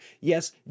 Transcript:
Yes